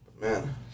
Man